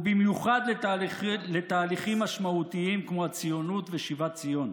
ובמיוחד לתהליכים משמעותיים כמו הציונות ושיבת ציון.